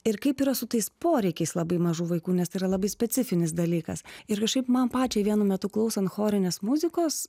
ir kaip yra su tais poreikiais labai mažų vaikų nes tai yra labai specifinis dalykas ir kažkaip man pačiai vienu metu klausant chorinės muzikos